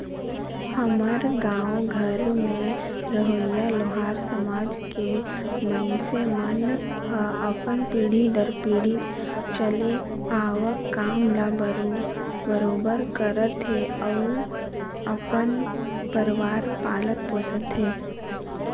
हमर गाँव घर में रहोइया लोहार समाज के मइनसे मन ह अपन पीढ़ी दर पीढ़ी चले आवक काम ल बरोबर करत हे अउ अपन परवार पालत पोसत हे